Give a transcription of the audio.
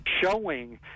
showing